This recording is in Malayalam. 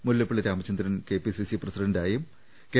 മുല്ലപ്പള്ളി രാമചന്ദ്രൻ കെപിസിസി പ്രസിഡന്റായും കെ